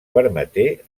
permeté